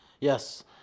Yes